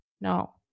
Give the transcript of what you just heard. No